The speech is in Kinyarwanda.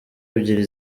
ebyiri